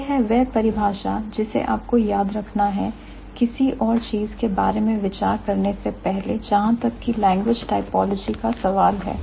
यह है वह परिभाषा जिसे आपको याद रखना है किसी और चीज के बारे में विचार करने से पहले जहां तक की language typology का सवाल है